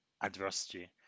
adversity